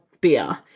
beer